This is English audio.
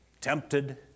tempted